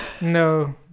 no